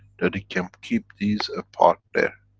that it can keep these apart there.